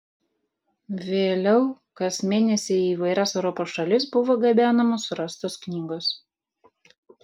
vėliau kas mėnesį į įvairias europos šalis buvo gabenamos surastos knygos